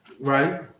Right